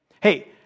Hey